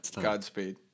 Godspeed